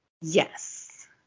Yes